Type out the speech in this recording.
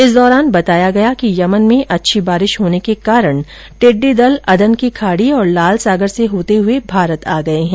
इस दौरान बताया गया कि यमन में अच्छी बारिश होने के कारण टिड्डी दल अदन की खाड़ी और लाल सागर से होते हुए भारत आ गए हैं